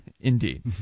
Indeed